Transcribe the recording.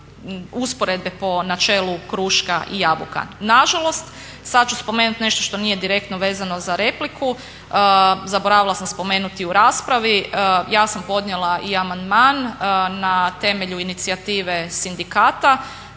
usporedbe po načelu kruška i jabuka. Nažalost, sad ću spomenuti nešto što nije direktno vezano za repliku, zaboravila sam spomenuti u raspravi, ja sam podnijela i amandman na temelju inicijative sindikata